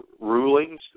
rulings